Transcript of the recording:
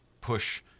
push